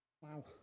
Wow